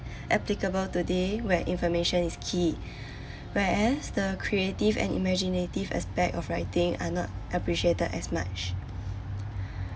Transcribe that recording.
applicable today where information is key whereas the creative and imaginative aspect of writing are not appreciated as much